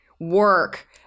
work